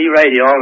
radio